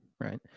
Right